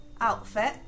outfit